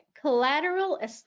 collateral